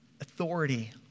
authority